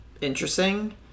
interesting